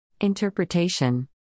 Interpretation